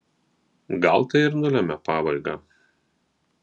gal tai ir nulemia pabaigą